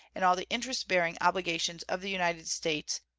and all the interest-bearing obligations of the united states,